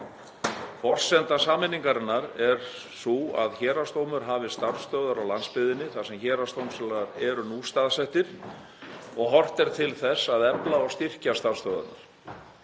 er sú að Héraðsdómur hafi starfsstöðvar á landsbyggðinni þar sem héraðsdómstólar eru nú staðsettir og horft er til þess að efla og styrkja starfsstöðvarnar.